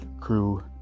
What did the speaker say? Crew